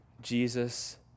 Jesus